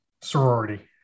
Sorority